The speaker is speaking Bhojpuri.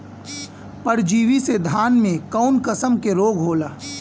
परजीवी से धान में कऊन कसम के रोग होला?